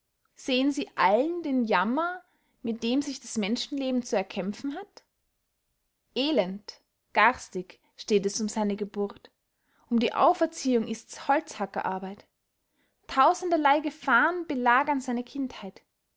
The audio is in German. sehen sie allen den jammer mit dem sich des menschenleben zu erkämpfen hat elend garstig steht es um seine geburt um die auferziehung ists holzhackersarbeit tausenderley gefahren belagern seine kindheit